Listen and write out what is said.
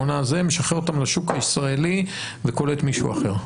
משחרר אותם לשוק הישראלי וקולט מישהו אחר?